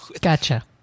Gotcha